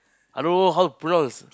I don't know how to pronounce